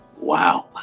wow